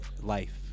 life